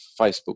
Facebook